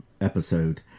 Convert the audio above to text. episode